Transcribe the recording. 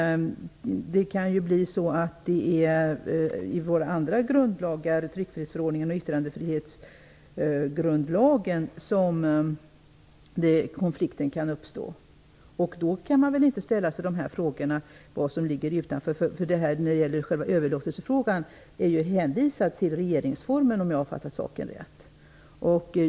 Konflikten kan dock uppstå i våra andra grundlagar -- tryckfrihetsförordningen och yttrandefrihetsgrundlagen. Då kan man väl inte ställa sig dessa frågor. Själva överlåtelsefrågan är ju hänvisad till regeringsformen, om jag har fattat saken rätt.